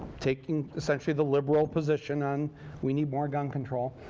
taking essentially the liberal position on we need more gun control,